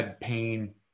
pain